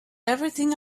everything